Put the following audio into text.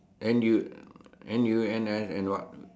N_U~ N_U_N_S and what